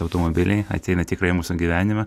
automobiliai ateina tikrai į mūsų gyvenimą